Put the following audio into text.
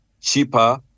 cheaper